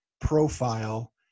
profile